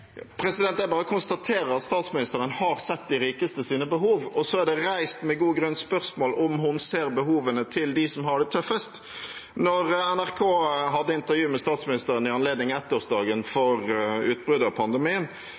Jeg bare konstaterer at statsministeren har sett de rikestes behov, og så er det med god grunn reist spørsmål om hun ser behovene til dem som har det tøffest. Da NRK hadde intervju med statsministeren i anledning ettårsdagen for utbruddet av pandemien,